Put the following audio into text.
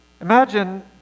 Imagine